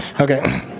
Okay